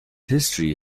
history